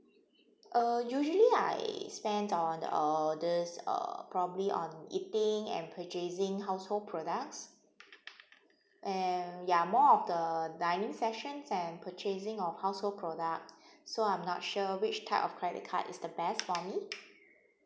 uh usually I spend on uh this uh probably on eating and purchasing household products and ya more of the dining sessions and purchasing of household product so I'm not sure which type of credit card is the best for me